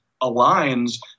aligns